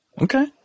Okay